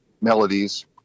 melodies